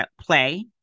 play